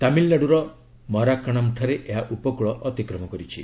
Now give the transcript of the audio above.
ତାମିଲ୍ନାଡୁର ମରାକ୍କାଣମ୍ଠାରେ ଏହା ଉପକୂଳ ଅତିକ୍ରମ କରିଛି